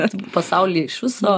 kad pasaulyje iš viso